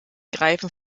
greifen